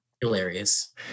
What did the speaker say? Hilarious